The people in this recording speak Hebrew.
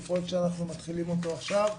זה פרויקט שאנחנו מתחילים אותו עכשיו.